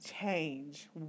Change